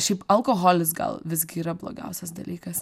šiaip alkoholis gal visgi yra blogiausias dalykas